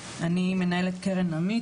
מנהלת קרן עמית,